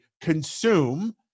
consume